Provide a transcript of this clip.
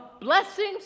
blessings